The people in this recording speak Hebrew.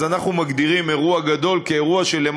אז אנחנו מגדירים אירוע גדול כאירוע שנדרשים